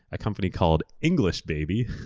a company called english, baby!